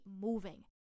moving